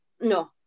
no